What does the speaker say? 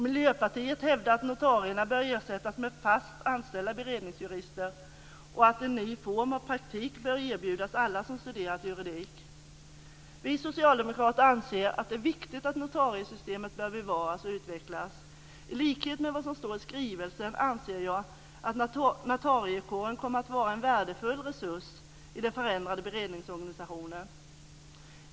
Miljöpartiet hävdar att notarierna bör ersättas med fast anställda beredningsjurister och att en ny form av praktik bör erbjudas alla som studerat juridik. Vi socialdemokrater anser att det är viktigt att notariesystemet bevaras och utvecklas. I likhet med vad som står i skrivelsen anser jag att notariekåren kommer att vara en värdefull resurs i den förändrade beredningsorganisationen.